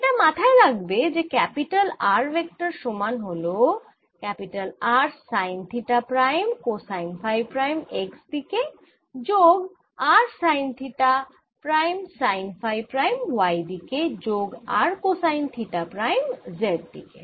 এটা মাথায় রাখবে যে এই ক্যাপিটাল R ভেক্টর সমান হল R sine theta prime cosine phi prime x দিকে যোগ r sine theta prime sine phi prime y দিকে যোগ r cosine theta prime z দিকে